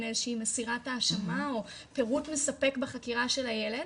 איזשהי מסירת האשמה או פירוט מספק בחקירה של הילד